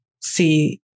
see